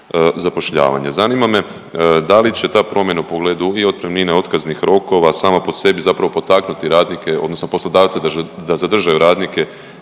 zapošljavanja. Zanima me da li će ta promjena u pogledu i otpremnine, otkaznih rokova, sama po sebi zapravo potaknuti radnike odnosno poslodavce da zadrže radnike